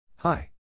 Hi